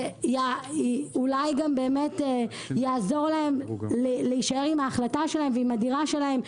זה אולי גם באמת יעזור להם להישאר עם ההחלטה שלהם ועם הדירה שלהם.